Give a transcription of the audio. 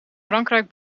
frankrijk